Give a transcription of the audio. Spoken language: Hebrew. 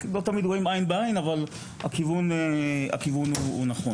לא תמיד רואים עין בעין את הדברים אבל הכיוון הוא נכון.